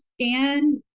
scan